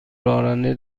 راننده